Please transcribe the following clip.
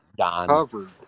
covered